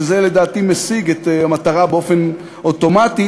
ולדעתי זה משיג את המטרה באופן אוטומטי,